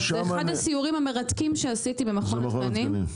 ואחד הסיורים המרתקים שעשיתי במכון התקנים.